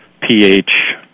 pH